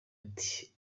ati